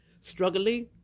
struggling